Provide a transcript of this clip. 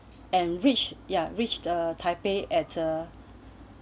and reach ya reach the taipei at a